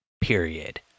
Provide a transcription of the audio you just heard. period